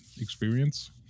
experience